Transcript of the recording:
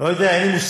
לא יודע, אין לי מושג.